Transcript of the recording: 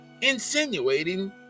Insinuating